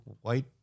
white